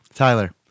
Tyler